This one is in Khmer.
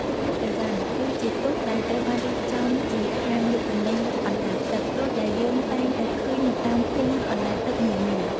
ទូកលក់អីវ៉ាន់ គឺជាទូកដែលត្រូវបានរៀបចំជាហាងលក់ទំនិញអណ្តែតទឹក ដូចដែលយើងតែងតែឃើញនៅតាមភូមិអណ្តែតទឹកនានា។